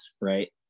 right